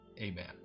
amen